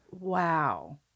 wow